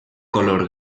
color